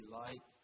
light